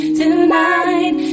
tonight